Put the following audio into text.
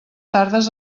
tardes